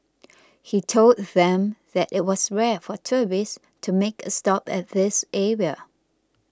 he told them that it was rare for tourists to make a stop at this area